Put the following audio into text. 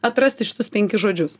atrasti šitus penkis žodžius